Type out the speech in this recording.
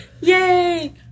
Yay